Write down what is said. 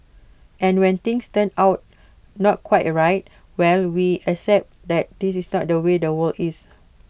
and when things turn out not quite A right well we accept that this is not the way the world is